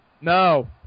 No